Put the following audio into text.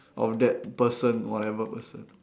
of that person whatever person